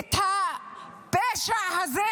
את הפשע הזה?